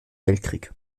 weltkrieg